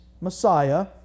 Messiah